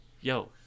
Yo